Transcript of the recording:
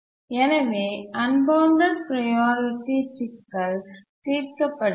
எனவே unbounded priority சிக்கல் தீர்க்கப்படுகிறது